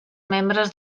membres